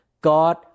God